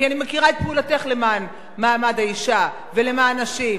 כי אני מכירה את פעולתך למען מעמד האשה ולמען נשים,